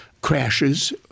crashes